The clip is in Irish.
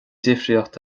difríocht